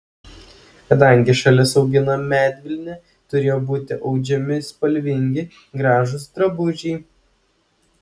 kadangi šalis augina medvilnę turėjo būti audžiami spalvingi gražūs drabužiai